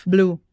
Blue